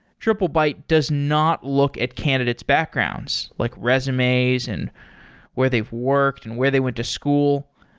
triplebyte does not look at candidate's backgrounds, like resumes and where they've worked and where they went to school.